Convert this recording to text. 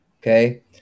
Okay